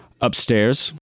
upstairs